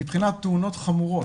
מבחינת תאונות חמורות,